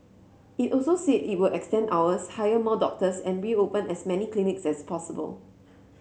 it also said it will extend hours hire more doctors and reopen as many clinics as possible